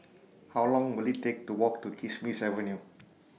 How Long Will IT Take to Walk to Kismis Avenue